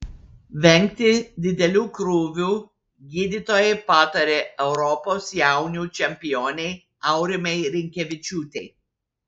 vengti didelių krūvių gydytojai patarė europos jaunių čempionei aurimei rinkevičiūtei